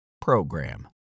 program